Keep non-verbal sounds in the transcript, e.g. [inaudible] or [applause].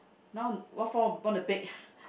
now what for want to bake [breath]